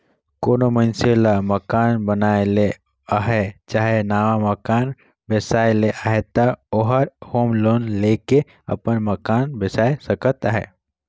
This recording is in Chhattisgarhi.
कोनो मइनसे ल मकान बनाए ले अहे चहे नावा मकान बेसाए ले अहे ता ओहर होम लोन लेके अपन मकान बेसाए सकत अहे